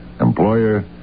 Employer